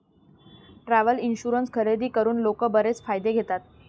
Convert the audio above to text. travel insurance खरेदी करून लोक बरेच फायदे घेतात